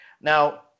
Now